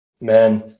Man